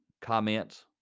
comments